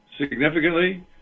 significantly